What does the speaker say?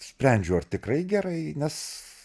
sprendžiau ar tikrai gerai nes